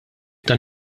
tan